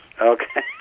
Okay